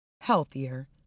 healthier